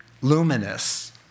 Luminous